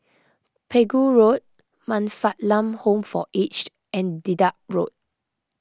Pegu Road Man Fatt Lam Home for Aged and Dedap Road